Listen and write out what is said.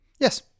Yes